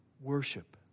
Worship